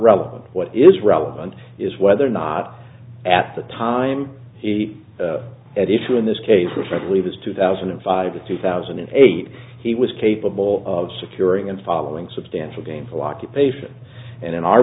relevant what is relevant is whether or not at the time he at issue in this case recently was two thousand and five to two thousand and eight he was capable of securing and following substantial gainful occupation and in our